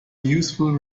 useful